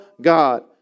God